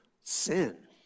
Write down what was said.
sin